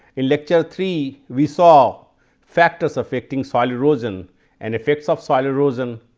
in lecture three we saw factors affecting soil erosion and effects of soil erosion.